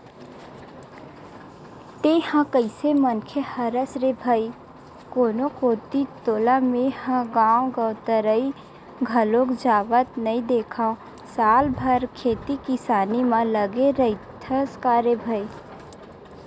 तेंहा कइसे मनखे हरस रे भई कोनो कोती तोला मेंहा गांव गवतरई घलोक जावत नइ देंखव साल भर खेती किसानी म लगे रहिथस का रे भई?